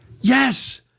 Yes